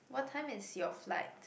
what time is your flight